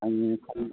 आंनो खालि